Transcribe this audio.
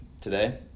today